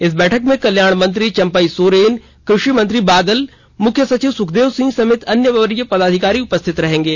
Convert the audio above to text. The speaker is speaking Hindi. इस बैठक में कल्याण मंत्री चंपई सोरेन और कृषि मंत्री बादल मुख्य सचिव सुखदेव सिंह समेत अन्य वरीय अधिकारी उपस्थित रहेंगे